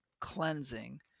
cleansing